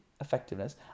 effectiveness